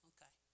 Okay